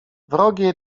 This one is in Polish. wrogie